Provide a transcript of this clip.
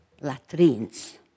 latrines